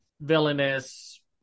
villainous